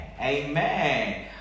Amen